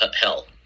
hell